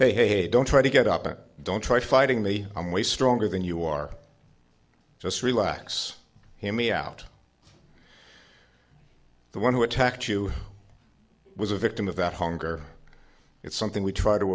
they hey don't try to get up and don't try fighting the i'm way stronger than you are just relax you me out the one who attacked you was a victim of that hunger it's something we try to